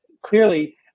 clearly